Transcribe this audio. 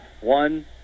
one